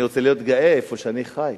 אני רוצה להיות גאה איפה שאני חי,